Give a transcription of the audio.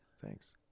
Thanks